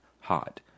hot